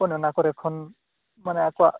ᱚᱱ ᱚᱱᱟ ᱠᱚᱨᱮ ᱠᱷᱚᱱ ᱢᱟᱱᱮ ᱟᱠᱚᱣᱟᱜ